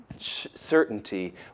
certainty